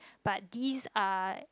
but these are